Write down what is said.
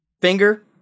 Finger